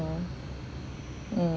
mm